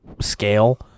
scale